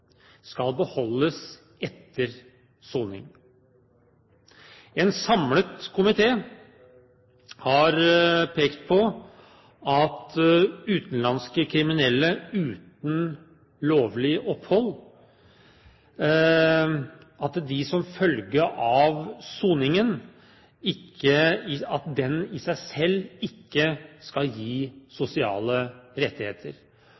skal beholdes etter soning. En samlet komité har pekt på at utenlandske kriminelle uten lovlig opphold ikke skal gis sosiale rettigheter som følge av soningen i seg selv. Denne drøftingen er balansert ut fra at man verken skal